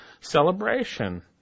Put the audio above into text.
celebration